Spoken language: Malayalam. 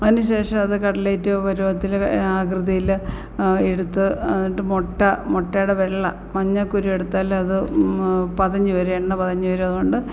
അതിന് ശേഷം അത് കട്ട്ലേറ്റ് പരുവത്തിൽ ആകൃതിയില് എടുത്ത് എന്നിട്ട് മുട്ട മുട്ടയുടെ വെള്ള മഞ്ഞക്കുരു എടുത്താലത് പതഞ്ഞ് വരും എണ്ണ പതഞ്ഞുവരും അതുകൊണ്ട്